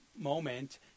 moment